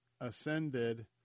ascended